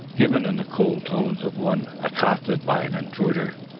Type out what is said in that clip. given in the cold tones of one accosted by an intruder.